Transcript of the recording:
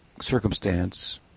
circumstance